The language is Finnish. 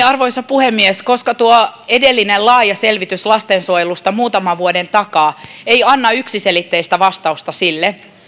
arvoisa puhemies koska tuo edellinen laaja selvitys lastensuojelusta muutaman vuoden takaa ei anna yksiselitteistä vastausta niin